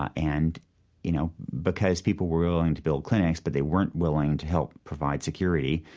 ah and you know, because people were willing to build clinics, but they weren't willing to help provide security,